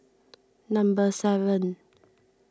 number seven